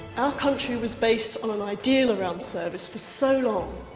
our country was based on an ideal around service for so long,